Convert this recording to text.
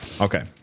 Okay